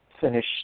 finish